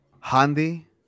Handy